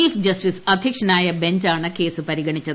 chief justice അധ്യക്ഷനായ ബെഞ്ചാണ് case പരിഗണിച്ചത്